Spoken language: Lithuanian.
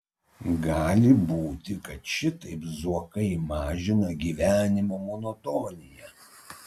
gali būti kad šitaip zuokai mažina gyvenimo monotoniją